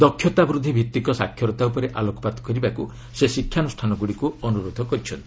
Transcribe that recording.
ଦକ୍ଷତା ବୃଦ୍ଧି ଭିତ୍ତିକ ସାକ୍ଷରତା ଉପରେ ଆଲୋକପାତ କରିବାକୁ ସେ ଶିକ୍ଷାନଗୁଡ଼ିକୁ ଅନୁରୋଧ କରିଚ୍ଛନ୍ତି